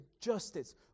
justice